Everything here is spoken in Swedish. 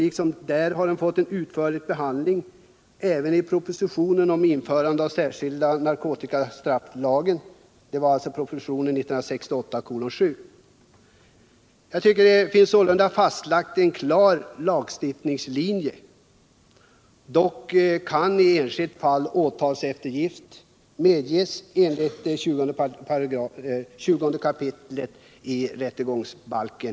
Där har den fått en utförlig behandling liksom i propositionen om införande av den särskilda narkotikastrafflagen . Sålunda är det fastlagt en ganska klar lagstiftningslinje. Dock kan i enskilt fall åtalseftergift medges enligt 20 kap. i rättegångsbalken.